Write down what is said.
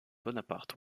bonaparte